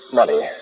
money